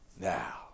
Now